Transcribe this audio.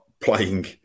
playing